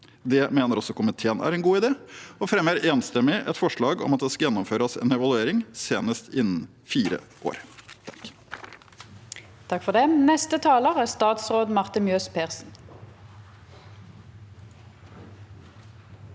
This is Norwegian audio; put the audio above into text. Det mener også komiteen er en god idé og fremmer enstemmig et forslag om at det skal gjennomføres en evaluering, senest innen fire år. Statsråd Marte Mjøs Persen